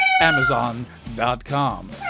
Amazon.com